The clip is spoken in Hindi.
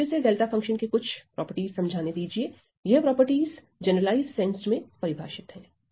मुझे फिर से डेल्टा फंक्शन के कुछ प्रगुण समझाने दीजिए यह प्रगुण जनरलाइज्ड सेंस में परिभाषित है